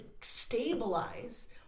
stabilize